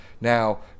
Now